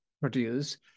produce